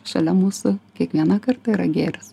šalia mūsų kiekvieną kartą yra gėris